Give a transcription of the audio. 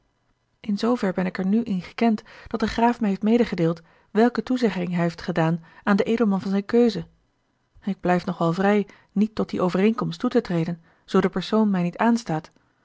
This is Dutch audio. in zoover ben ik er nu in gekend dat de graaf mij heeft medegedeeld welke toezegging hij heeft gedaan aan den edelman van zijne keuze ik blijf nog wel vrij niet tot die overeenkomst toe te treden zoo de persoon mij niet aanstaat